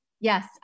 Yes